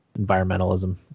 environmentalism